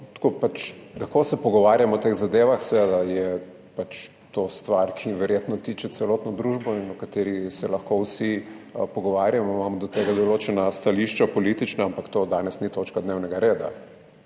Lahko se pogovarjamo o teh zadevah, seveda je to stvar, ki se verjetno tiče celotne družbe in o kateri se lahko vsi pogovarjamo, imamo do tega določena politična stališča, ampak to danes ni točka dnevnega reda.